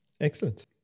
excellent